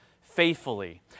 faithfully